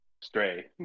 Stray